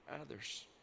others